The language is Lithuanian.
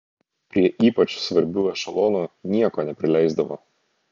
prie ypač svarbių ešelonų nieko neprileisdavo